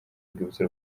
urwibutso